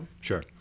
Sure